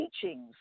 teachings